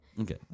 Okay